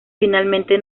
finalmente